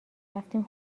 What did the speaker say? رفتیم